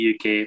UK